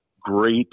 great